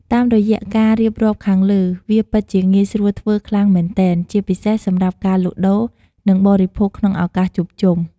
តាមរយៈការរៀបរាប់ខាងលើ វាពិតជាងាយស្រួលធ្វើខ្លាំងមែនទែន ជាពិសេសសម្រាប់ការលក់ដូរ និងបរិភោគក្នុងឱកាសជួបជុំ។